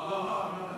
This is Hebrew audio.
לא, לא.